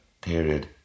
period